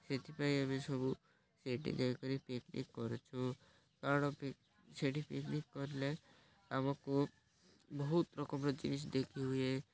ସେଥିପାଇଁ ଆମେ ସବୁ ସେଠି ଯାଇକରି ପିକନିକ୍ କରୁଛୁ କାରଣ ସେଠି ପିକନିକ୍ କଲେ ଆମକୁ ବହୁତ ରକମର ଜିନିଷ୍ ଦେଖି ହୁଏ